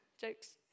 Jokes